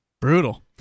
Brutal